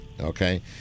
Okay